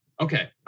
okay